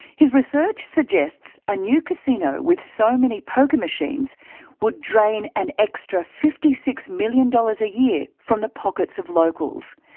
his research suggests a new casino with so many poker machines would drain of an extra fifty six million dollars a year from the pockets of locals,